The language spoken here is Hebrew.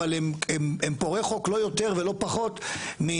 אבל הם פורעי חוק לא יותר פחות מעבריינים